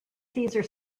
cesar